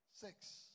six